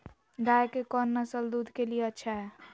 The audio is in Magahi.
गाय के कौन नसल दूध के लिए अच्छा है?